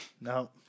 No